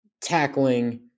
tackling